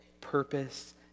purpose